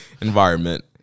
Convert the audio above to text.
Environment